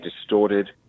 distorted